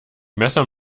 messer